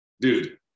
Dude